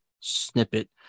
snippet